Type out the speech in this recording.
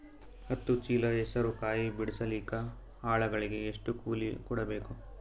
ಹತ್ತು ಚೀಲ ಹೆಸರು ಕಾಯಿ ಬಿಡಸಲಿಕ ಆಳಗಳಿಗೆ ಎಷ್ಟು ಕೂಲಿ ಕೊಡಬೇಕು?